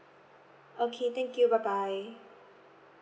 okay thank you bye bye